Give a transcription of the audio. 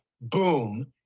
boom